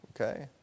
Okay